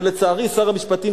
ולצערי שר המשפטים,